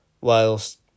whilst